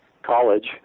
college